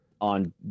on